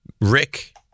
Rick